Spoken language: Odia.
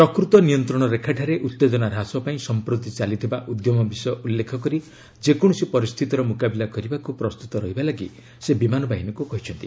ପ୍ରକୃତ ନିୟନ୍ତ୍ରଣ ରେଖାଠାରେ ଉତ୍ତେଜନା ହ୍ରାସ ପାଇଁ ସମ୍ପ୍ରତି ଚାଲିଥିବା ଉଦ୍ୟମ ବିଷୟ ଉଲ୍ଲେଖ କରି ଯେକୌଣସି ପରିସ୍ଥିତିର ମୁକାବିଲା କରିବାକୁ ପ୍ରସ୍ତୁତ ରହିବା ପାଇଁ ସେ ବିମାନ ବାହିନୀକୁ କହିଛନ୍ତି